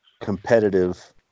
competitive